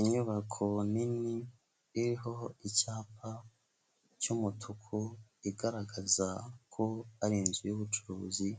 Inyubako nini iriho icyapa cy'umutuku igaragaza ko ari inzu y'ubucuruzi,